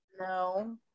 No